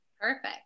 Perfect